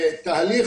תהליך